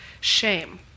shame